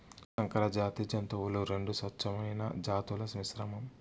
సంకరజాతి జంతువులు రెండు స్వచ్ఛమైన జాతుల మిశ్రమం